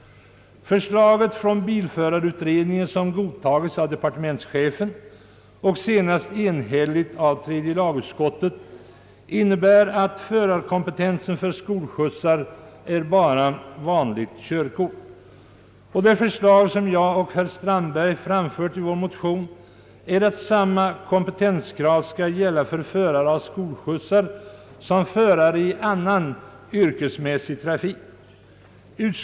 Förslaget från bilförarutredningen, som har godtagits av departementschefen och av ett enhälligt tredje lagutskott, innebär att förarkompetensen när det gäller skolskjutsar skall vara endast vanligt körkort. Det förslag som jag och herr Strandberg har framlagt i vår motion går ut på att samma kompetenskrav skall gälla för förare av skolskjutsar som för förare i yrkesmässig trafik.